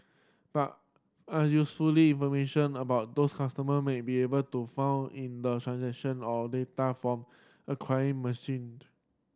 but an usefully information about those customer may be able to found in the transaction or data from acquiring merchant